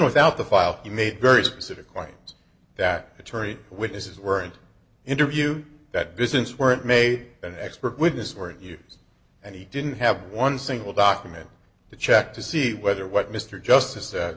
without the file you made very specific claims that attorney witnesses weren't interview that business weren't may an expert witness for years and he didn't have one single document to check to see whether what mr justice